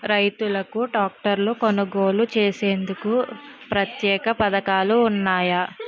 రైతులకు ట్రాక్టర్లు కొనుగోలు చేసేందుకు ప్రత్యేక పథకాలు ఉన్నాయా?